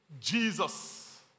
Jesus